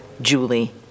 Julie